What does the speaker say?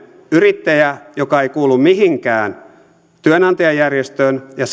yrittäjää joka ei kuulu mihinkään työnantajajärjestöön ja